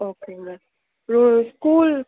okay ma'am உங்கள் school